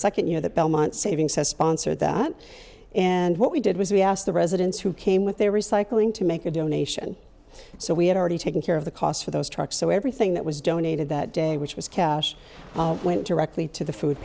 know that belmont savings has sponsored that and what we did was we asked the residents who came with their recycling to make a donation so we had already taken care of the costs for those trucks so everything that was donated that day which was cash went directly to the food